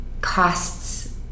costs